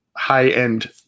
high-end